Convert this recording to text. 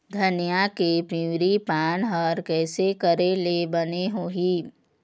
धनिया के पिवरी पान हर कइसे करेले बने होही?